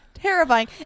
Terrifying